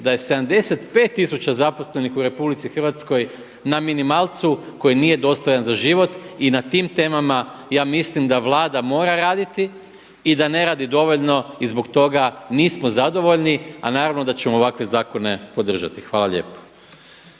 da je 75000 zaposlenih u RH na minimalcu koji nije dostojan za život i na tim temama ja mislim da Vlada mora raditi i da ne radi dovoljno i zbog toga nismo zadovoljni. A naravno da ćemo ovakve zakone podržati. Hvala lijepo.